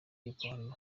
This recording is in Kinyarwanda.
gikondo